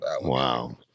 Wow